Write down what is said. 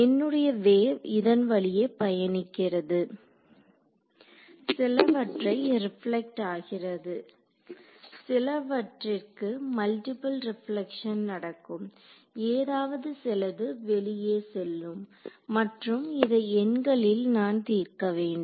என்னுடைய வேவ் இதன் வழியே பயணிக்கிறது சிலவற்றை ரிப்லெக்ட் ஆகிவிடும் சிலவறிற்கு மல்டிபுள் ரிப்லெக்ட்ஷன் நடக்கும் ஏதாவது சிலது வெளியே செல்லும் மற்றும் இதை எண்களில் நான் தீர்க்க வேண்டும்